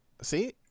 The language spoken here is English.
See